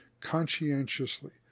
conscientiously